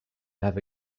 have